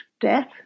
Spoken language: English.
death